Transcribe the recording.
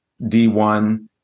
D1